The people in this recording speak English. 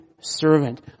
servant